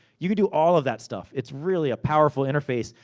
you can do all of that stuff. it's really a powerful interface.